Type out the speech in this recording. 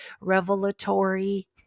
revelatory